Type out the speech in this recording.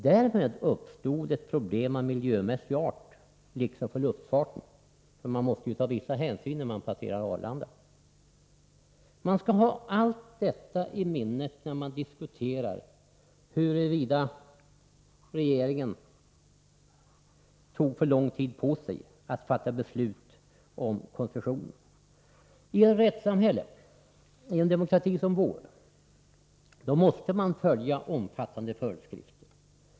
Därmed uppstod ett problem av miljömässig art liksom för luftfarten — man måste ju ta vissa hänsyn när man passerar Arlanda. Man skall ha allt detta i minnet när man diskuterar huruvida regeringen tog för lång tid på sig att fatta beslut om koncessionen. I ett rättssamhälle, i en demokrati som vår, måste man följa omfattande föreskrifter.